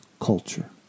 culture